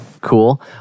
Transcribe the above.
Cool